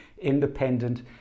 independent